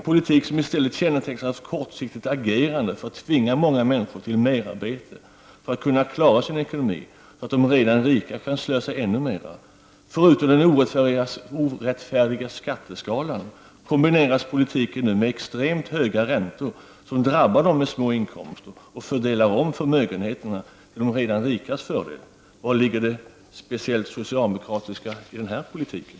Politiken kännetecknas av kortsiktigt agerande, där många människor tvingas till merarbete för att kunna klara sin ekonomi, så att de redan rika kan slösa ännu mera. Förutom den orättfärdiga skatteskalan kombineras politiken nu med extremt höga räntor som drabbar dem med små inkomster och fördelar om förmögenheter till de redan rikas fördel. Vari ligger det speciellt socialdemokratiska i den här politiken?